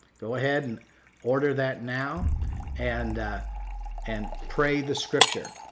go ahead and order that now and and pray the scripture.